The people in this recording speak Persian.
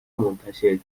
منتشر